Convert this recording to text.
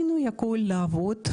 הוא לא יכול לעבוד,